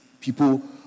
People